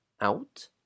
out